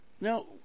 Now